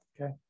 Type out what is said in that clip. Okay